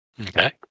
Okay